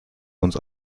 uns